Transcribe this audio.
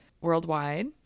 worldwide